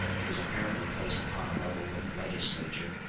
who is apparently placed upon a level with the legislature,